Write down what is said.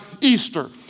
Easter